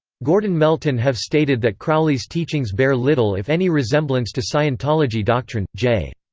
gordon melton have stated that crowley's teachings bear little if any resemblance to scientology doctrine j.